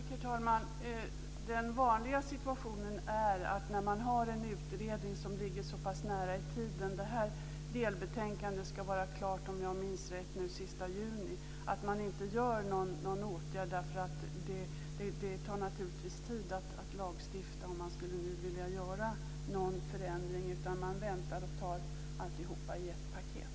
Herr talman! Den vanliga situationen när man har en utredning som ligger så pass nära i tiden - det här delbetänkandet ska vara klart den 30 juni, om jag minns rätt - är att man inte vidtar någon åtgärd. Det tar naturligtvis tid att lagstifta, om man nu skulle vilja göra någon förändring. Man väntar och tar alltihop i ett paket.